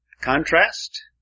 Contrast